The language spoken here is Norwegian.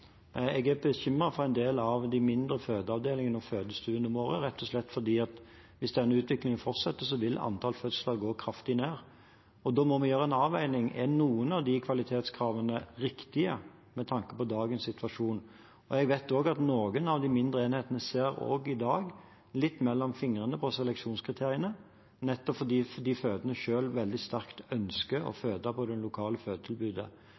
Jeg er bekymret for en del av de mindre fødeavdelingene og fødestuene våre rett og slett fordi hvis denne utviklingen fortsetter, vil antall fødsler der gå kraftig ned. Og da må vi gjøre en avveining: Er noen av de kvalitetskravene riktige med tanke på dagens situasjon? Jeg vet også at noen av de mindre enhetene i dag ser litt gjennom fingrene med seleksjonskriteriene, nettopp fordi de fødende selv veldig sterkt ønsker å føde ved det lokale fødetilbudet.